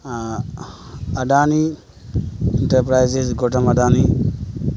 Adani Enterprises Gautam Adani